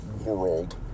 world